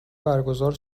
برگزار